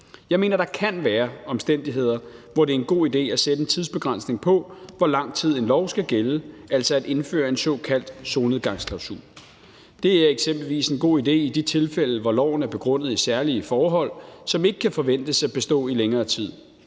Jeg mener, at der kan være omstændigheder, hvor det er en god idé at sætte en tidsbegrænsning på, i hvor lang tid en lov skal gælde, altså at indføre en såkaldt solnedgangsklausul. Det er eksempelvis en god idé i de tilfælde, hvor loven er begrundet i særlige forhold, som ikke kan forventes at bestå i længere tid.